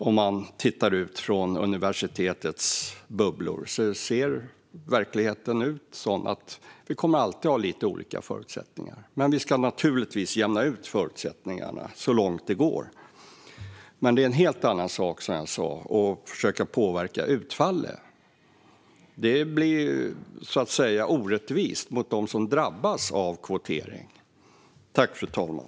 Om man tittar ut från universitetets bubblor ser verkligheten sådan ut att vi alltid kommer att ha lite olika förutsättningar. Men vi ska naturligtvis jämna ut förutsättningarna så långt det går. Det är en helt annan sak, som sagt, att försöka påverka utfallet. Det blir orättvist mot dem som drabbas av kvoteringen.